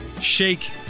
Shake